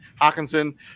Hawkinson